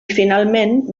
finalment